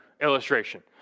illustration